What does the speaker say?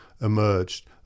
emerged